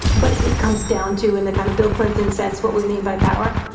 but it comes down to in the kind of bill-clinton sense what we mean by power.